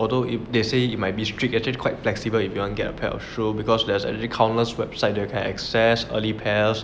although if they say you might be strict actually quite flexible if you wanna get a pair of shoes because there's a countless website that you can access early pass